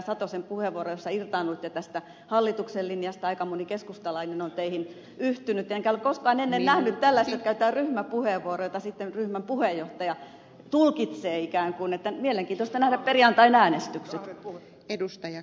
satosen puheenvuoro jossa irtaannuitte tästä hallituksen linjasta aika moni keskustalainen on teihin yhtynyt enkä ole koskaan ennen nähnyt tällaista että käytetään ryhmäpuheenvuoro jota sitten ryhmän puheenjohtaja ikään kuin tulkitsee joten mielenkiintoista nähdä perjantain äänestykset